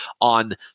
on